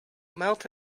melt